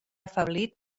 afeblit